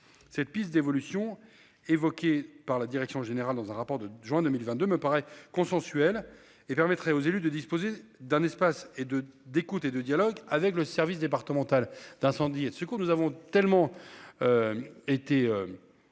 cette piste d'évolution évoquées par la direction générale dans un rapport de juin 2022 me paraît consensuel et permettrait aux élus de disposer d'un espace et de, d'écoute et de dialogue avec le service départemental d'incendie et de secours. Nous avons tellement. Été.